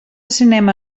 cinema